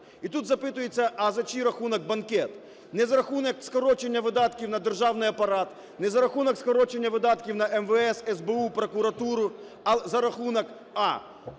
І тут запитується, а за чий рахунок банкет? Не за рахунок скорочення видатків на державний апарат, не за рахунок скорочення видатків на МВС, СБУ, прокуратуру, а за рахунок: